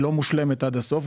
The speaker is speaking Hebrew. היא לא מושלמת עד הסוף,